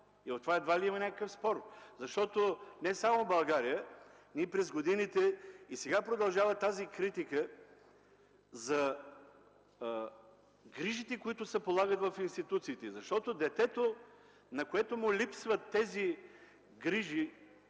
– в това едва ли има някакъв спор. Така е не само в България. През годините и сега продължава критиката за грижите, които се полагат в институциите. Детето, на което липсват грижи,